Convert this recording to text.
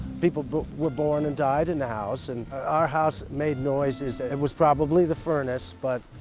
people were born and died in the house. and our house made noises, it was probably the furnace but,